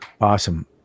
Awesome